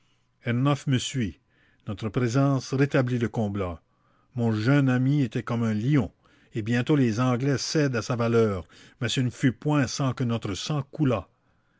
me suit notre présence rétablit le combat mon jeune ami était comme un lion et bientôt les anglais cèdent à sa valeur mais ce ne fut point sans que notre sang coulât